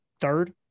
third